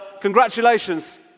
Congratulations